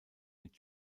mit